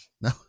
no